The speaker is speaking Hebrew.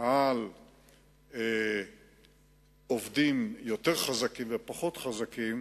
על עובדים יותר חזקים ופחות חזקים,